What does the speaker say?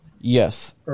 Yes